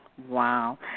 Wow